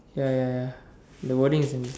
ya ya ya the wording is in